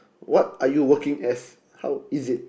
what are you working as how is it